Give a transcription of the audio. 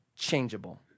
Changeable